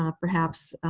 ah perhaps,